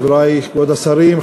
כבוד השרים,